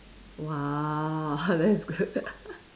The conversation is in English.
!wah! that's good